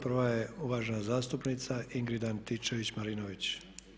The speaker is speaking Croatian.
Prva je uvažena zastupnica Ingrid Antičević Marinović.